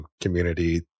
community